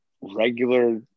regular